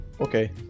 Okay